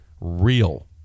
real